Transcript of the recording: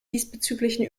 diesbezüglichen